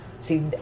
See